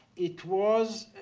it was,